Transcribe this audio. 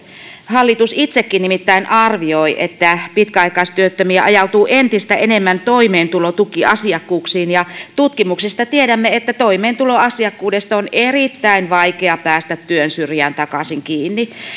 hallitus itsekin nimittäin arvioi että pitkäaikaistyöttömiä ajautuu entistä enemmän toimeentulotukiasiakkuuksiin ja tutkimuksista tiedämme että toimeentuloasiakkuudesta on erittäin vaikea päästä työn syrjään takaisin kiinni